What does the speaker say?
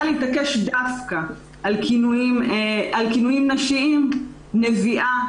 להתעקש דווקא על כינויים נשיים: "נביאה",